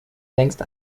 längst